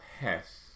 Hess